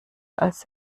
als